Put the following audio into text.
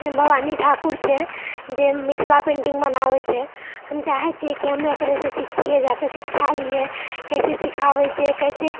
भवानी ठाकुर छै जे मिथिला पेन्टिंग बनाबैत छै हम चाहय छियै कि हमे ओकरेसँ सिखियै जाके शिक्षा लियै कैसे सिखाबैत छै कैसे